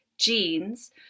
jeans